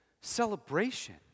Celebration